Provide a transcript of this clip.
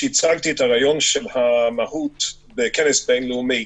כשהצגתי את הרעיון שלח המהות בכנס בין-לאומית,